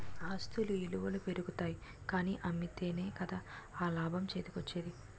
ఆస్తుల ఇలువలు పెరుగుతాయి కానీ అమ్మితేనే కదా ఆ లాభం చేతికోచ్చేది?